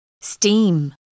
steam